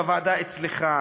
בוועדה אצלך,